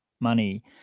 money